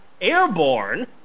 airborne